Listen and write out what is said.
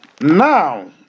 Now